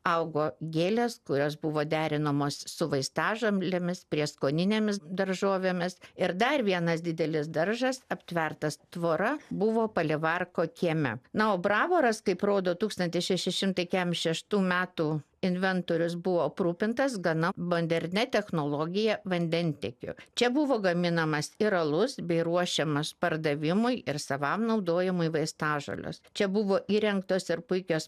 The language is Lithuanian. augo gėlės kurios buvo derinamos su vaistažolėmis prieskoninėmis daržovėmis ir dar vienas didelis daržas aptvertas tvora buvo palivarko kieme na o bravoras kaip rodo tūktantis šeši šimtai kemšeštų metų inventorius buvo aprūpintas gana modernia technologija vandentiekiu čia buvo gaminamas ir alus bei ruošiamas pardavimui ir savam naudojimui vaistažolės čia buvo įrengtos ir puikios